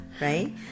Right